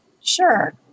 Sure